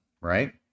right